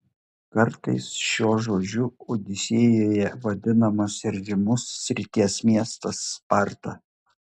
kartais šiuo žodžiu odisėjoje vadinamas ir žymus srities miestas sparta